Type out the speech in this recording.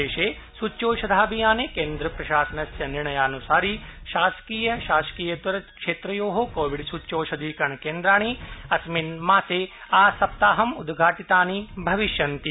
देशे सूच्यौषधाभियाने केन्द्रप्रशासनस्य निर्णयानुसारि शासकीय शासकीयेतर क्षेत्रयो कोविड सूच्यौषधीकरण केन्द्रणि अस्मिन् मासे आसप्ताहम् उद्घाटितानि भविष्यन्ति